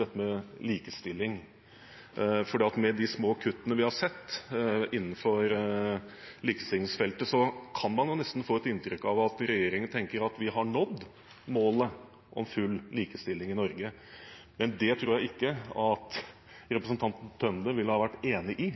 dette med likestilling, for med de små kuttene vi har sett innenfor likestillingsfeltet, kan man nesten få inntrykk av at regjeringen tenker at vi har nådd målet om full likestilling i Norge. Men det tror jeg ikke at representanten Tønder ville ha vært enig i.